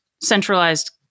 centralized